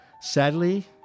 Sadly